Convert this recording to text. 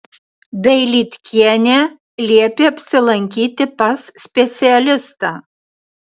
dailydkienė liepė apsilankyti pas specialistą